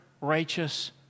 righteous